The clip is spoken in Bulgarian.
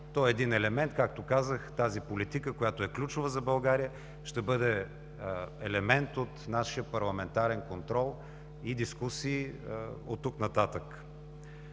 То е един елемент, както казах, тази политика, която е ключова за България, ще бъде елемент от нашия парламентарен контрол и дискусии оттук нататък.